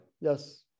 Yes